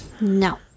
No